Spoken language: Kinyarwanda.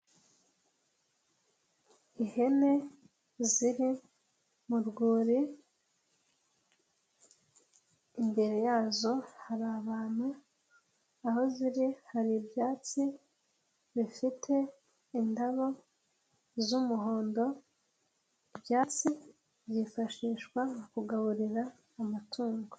Ihene ziri mu rwuri imbere yazo hari abantu aho ziri hari ibyatsi bifite indabo z'umuhondo ibyatsi byifashishwa mu kugaburira amatungo.